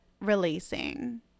releasing